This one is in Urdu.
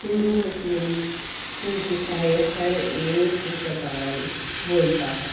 ہندو مسلم سکھ عیسائی ہر ایک یہ زبان بولتا ہے